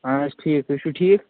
اَہَن حظ ٹھیٖک تُہۍ چھِو ٹھیٖک